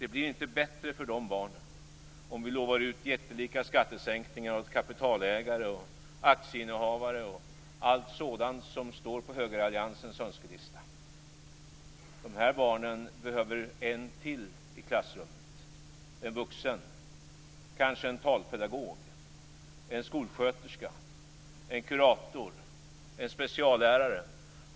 Det blir inte bättre för de barnen om vi lovar ut jättelika skattesänkningar åt kapitalägare, aktieinnehavare och allt det som står på högeralliansens önskelista.